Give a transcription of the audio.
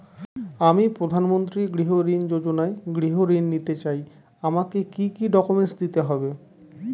আমি প্রধানমন্ত্রী গৃহ ঋণ যোজনায় গৃহ ঋণ নিতে চাই আমাকে কি কি ডকুমেন্টস দিতে হবে?